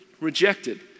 rejected